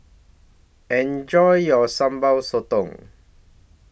Enjoy your Sambal Sotong